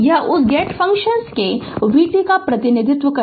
यह उस gate function के v t का प्रतिनिधित्व है